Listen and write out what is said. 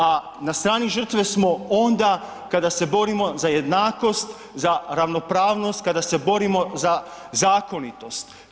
A na strani žrtve smo onda kada se borimo za jednakost, za ravnopravnost, kada se borimo za zakonitost.